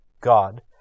God